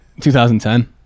2010